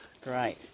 Great